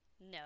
no